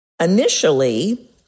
initially